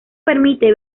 permite